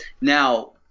Now